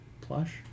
Plush